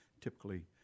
typically